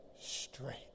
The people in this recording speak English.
straight